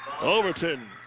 Overton